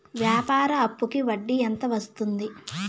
వ్యాపార అప్పుకి వడ్డీ ఎంత వస్తుంది?